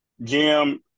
Jim